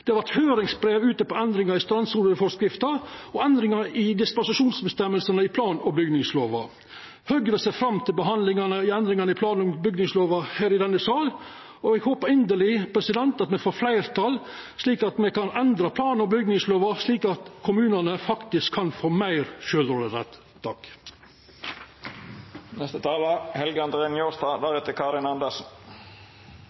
Det har vore høyringsbrev ute om endringar i strandsoneforskrifta og endringar i dispensasjonsføresegnene i plan- og bygningslova. Høgre ser fram til behandlinga av endringane i plan- og bygningslova her i denne salen, og eg håpar inderleg at me får fleirtall, slik at me kan endra plan- og bygningslova for at kommunane faktisk kan få meir sjølvråderett.